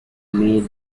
made